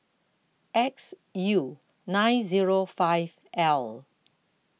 X U nine zero five L